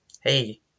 hey